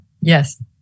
Yes